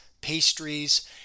pastries